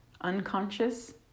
unconscious